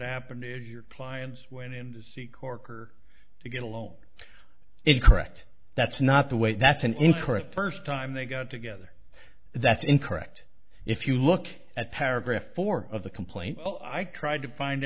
happened is your client's went in to see corker to get a loan incorrect that's not the way that's an incorrect first time they got together that's incorrect if you look at paragraph four of the complaint i tried to find